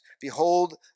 Behold